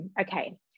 okay